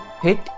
hit